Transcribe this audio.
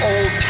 Old